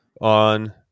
on